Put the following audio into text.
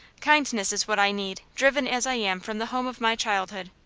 kindness is what i need, driven as i am from the home of my childhood.